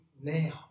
now